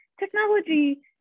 Technology